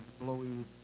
blowing